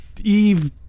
Eve